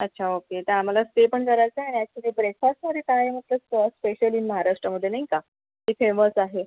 अच्छा ओके तर आम्हाला स्टे पण करायचंय आणि ॲक्चुअल्ली ब्रेकफास्टमध्ये काय म्हटलं तर स्पेशल इन महाराष्ट्रमध्ये नाही का जे फेमस आहे